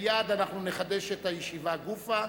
מייד אנחנו נחדש את הישיבה גופא.